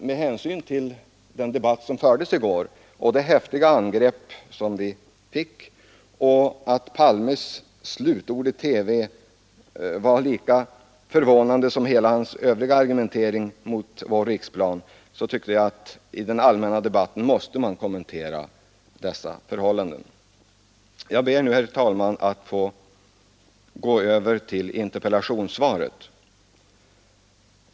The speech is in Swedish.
Med hänsyn till den debatt som fördes i går och de häftiga angrepp som riktades mot oss samt med hänsyn till att herr Palmes slutord i TV var lika förvånande som hela hans övriga argumentering mot vår riksplan, tyckte jag att det var befogat att i den allmänna debatten kommentera dessa förhållanden. Jag ber nu att få gå över till interpellationssvaret.